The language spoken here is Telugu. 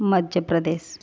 మధ్యప్రదేశ్